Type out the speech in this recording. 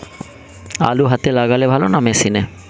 আলু হাতে লাগালে ভালো না মেশিনে?